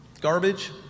garbage